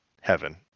heaven